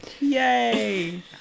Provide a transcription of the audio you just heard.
Yay